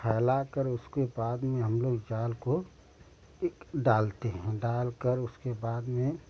फैला कर उसके बाद में हम लोग जाल को एक डालते हैं डाल कर उसके बाद में